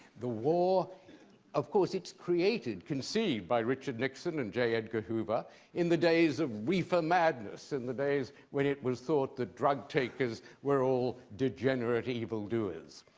the war of course it's created, conceived by richard nixon and j. edgar hoover in the days of reefer madness, in the days when it was thought that drug takers we're all degenerate evildoers.